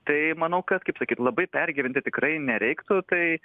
tai manau kad kaip sakyt labai pergyventi tikrai nereiktų tai